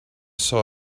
saw